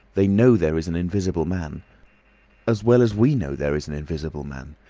they know there is an invisible man as well as we know there is an invisible man.